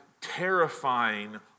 terrifying